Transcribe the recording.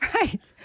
Right